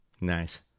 Nice